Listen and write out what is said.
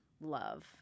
love